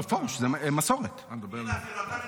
330. הינה,